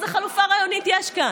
איזו חלופה רעיונית יש כאן?